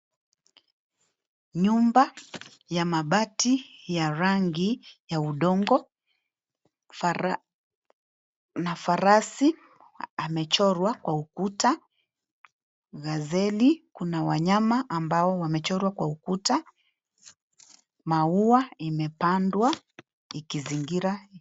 Nyumba ya mabati ya rangi ya udongo, fara na farasi amechorwa kwa ukuta, gazeli kuna wanyama ambao wamechorwa kwa ukuta, maua imepandwa ikizingira.